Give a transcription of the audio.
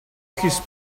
his